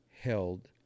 held